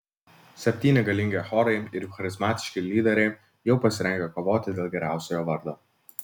septyni galingi chorai ir jų charizmatiški lyderiai jau pasirengę kovoti dėl geriausiojo vardo